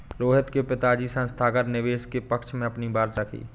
रोहित के पिताजी संस्थागत निवेशक के पक्ष में अपनी बात रखी